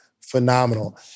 phenomenal